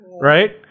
right